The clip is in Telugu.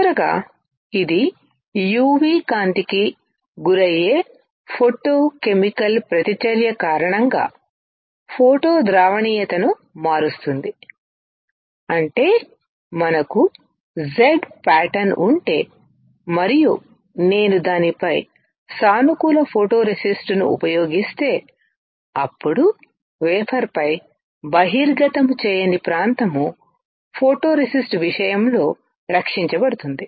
చివరగా ఇది UV కాంతికి గురయ్యే ఫోటో కెమికల్ ప్రతిచర్య కారణంగా ఫోటో ద్రావణీయతను మారుస్తుంది అంటే మనకు Z ప్యాటర్న్ ఉంటే మరియు నేను దానిపై సానుకూల ఫోటోరేసిస్ట్ను ఉపయోగిస్తే అప్పుడు వేఫర్పై బహిర్గతం చేయని ప్రాంతం ఫోటోరేసిస్ట్ విషయంలో రక్షించబడుతుంది